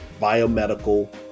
Biomedical